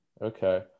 Okay